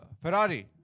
Ferrari